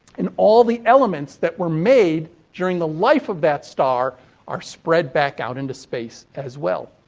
and, all the elements that were made during the life of that star are spread back out into space as well.